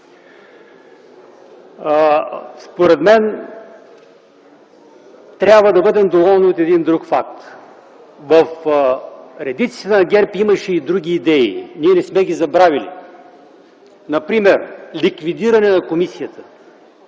Според мен трябва да бъдем доволни от един друг факт. В редиците на ГЕРБ имаше и други идеи, ние не сме ги забравили, например ликвидиране на комисията,